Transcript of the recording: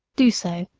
do so,